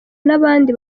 n’abandi